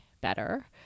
better